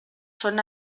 són